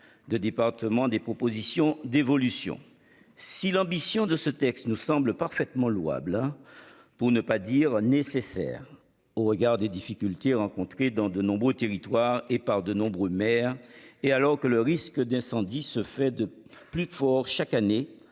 de département des propositions d'évolution si l'ambition de ce texte nous semblent parfaitement louables hein. Pour ne pas dire nécessaires au regard des difficultés rencontrées dans de nombreux territoires et par de nombreux maires et alors que le risque d'incendie se fait de plus fort chaque année